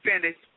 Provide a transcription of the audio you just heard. finish